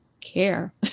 care